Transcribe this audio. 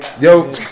Yo